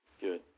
Good